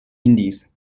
indies